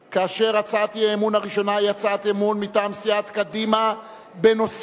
הצעת האי-אמון הראשונה היא הצעת אי-אמון מטעם סיעת קדימה בנושא: